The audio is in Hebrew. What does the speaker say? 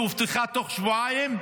שהובטחה תוך שבועיים,